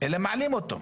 אלא שמעלים אותו.